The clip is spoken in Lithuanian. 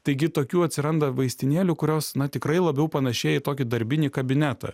taigi tokių atsiranda vaistinėlių kurios na tikrai labiau panašėja į tokį darbinį kabinetą